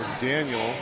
Daniel